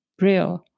real